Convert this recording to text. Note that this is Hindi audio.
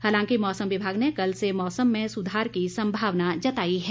हालांकि मौसम विभाग ने कल से मौसम में सुधार की संभावना जताई है